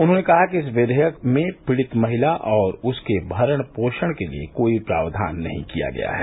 उन्होंने कहा कि इस विधेयक में पीडित महिला और उसके भरण पोषण के लिए कोई प्रावधान नहीं किया गया है